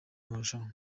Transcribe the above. amarushanwa